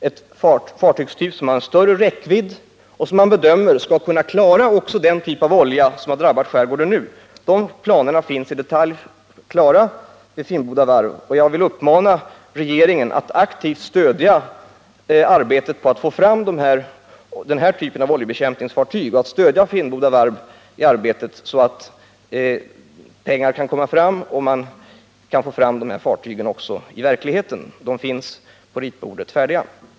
Den nya fartygstypen har större räckvidd och bedöms kunna klara också den sorts olja som nu har drabbat skärgården. Planerna finns klara i detalj vid Finnboda Varv. Jag vill uppmana regeringen att aktivt stödja arbetet på att få fram den här typen av oljebekämpningsfartyg, dvs. att stödja Finnboda Varv i arbetet genom att anslå medel, så att de här fartygen också kan förverkligas. De finns alltså färdiga på ritbordet.